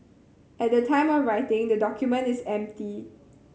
at the time of writing the document is empty